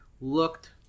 Looked